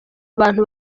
abantu